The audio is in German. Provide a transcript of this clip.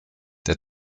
der